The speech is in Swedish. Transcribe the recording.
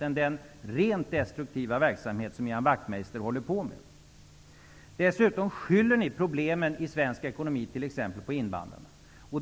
än den rent destruktiva verksamhet som Ian Wachtmeister håller på med. Dessutom skyller ni problemen t.ex. i svensk ekonomi på invandrarna.